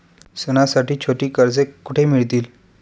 सणांसाठी छोटी कर्जे कुठे मिळतील?